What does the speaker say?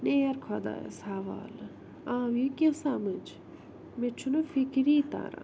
نیر خۄدایَس سوالہٕ آوٕیہِ کیٚنہہ سمجھ مےٚ چھُنہٕ فِکری تران